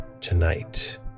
tonight